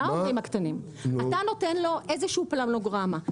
אתה נותן לו פלנוגרמה,